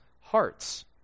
hearts